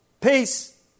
Peace